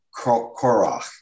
korach